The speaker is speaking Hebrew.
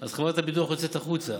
אז חברת הביטוח יוצאת החוצה.